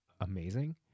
amazing